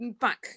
back